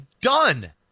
done